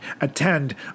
attend